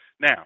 Now